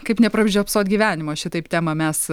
kaip nepražiopsot gyvenimo šitaip temą mes